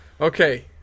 Okay